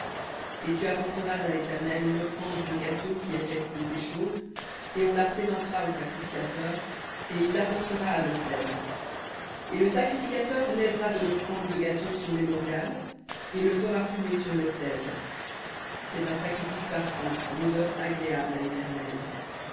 et tu apporteras à l'éternel l'offrande de gâteau qui est faite de ces choses et on la présentera au sacrificateur et il l'apportera à lautel et le sacrificateur lèvera de l'offrande de gâteau son mémorial et le fera fumer sur l'autel un sacrifice par feu une odeur agréable à l'éternel